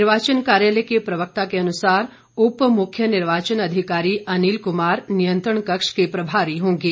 निर्वाचन कार्यालय के प्रवक्ता के अनुसार उपमुख्य निर्वाचन अधिकारी अनिल कुमार नियंत्रण कक्ष के प्रभारी होंगे